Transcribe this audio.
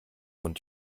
und